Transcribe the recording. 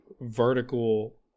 vertical